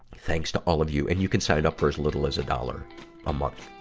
thanks to all of you. and you can sign up for as little as a dollar a month.